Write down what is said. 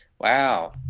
Wow